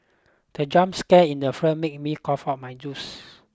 the jump scare in the film made me cough off my juice